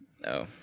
No